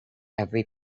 every